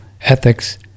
ethics